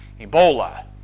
Ebola